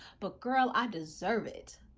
but girl, i deserve it.